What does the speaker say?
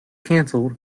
canceled